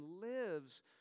lives